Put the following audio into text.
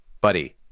buddy